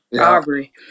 Aubrey